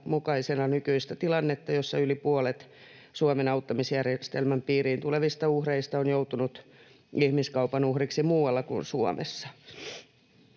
nykyistä tilannetta, jossa yli puolet Suomen auttamisjärjestelmän piiriin tulevista uhreista on joutunut ihmiskaupan uhriksi muualla kuin Suomessa.